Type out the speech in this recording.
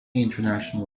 international